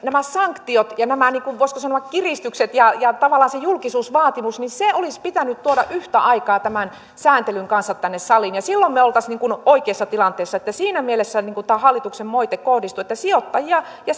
sanktiot ja nämä voisiko sanoa kiristykset ja ja tavallaan se julkisuusvaatimus olisi pitänyt tuoda yhtä aikaa tämän sääntelyn kanssa tänne saliin silloin me olisimme oikeassa tilanteessa siinä mielessä siihen tämä moite hallitukselle kohdistuu sijoittajia ja